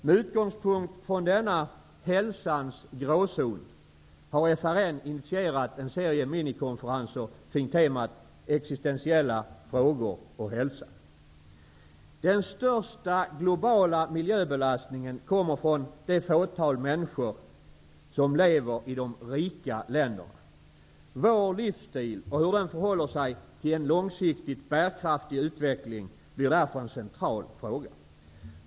Med utgångspunkt från denna ''hälsans gråzon'' har FRN initierat en serie minikonferenser kring temat Existentiella frågor och hälsa. Den största globala miljöbelastningen kommer från det fåtal människor som lever i de rika länderna. Vår livsstil, och hur den förhåller sig till en långsiktigt bärkraftig utveckling, blir därför en central fråga.